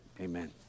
Amen